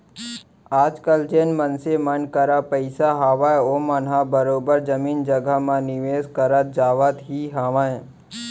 आजकल जेन मनसे मन करा पइसा हावय ओमन ह बरोबर जमीन जघा म निवेस करत जावत ही हावय